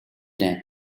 them